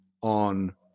on